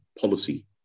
policy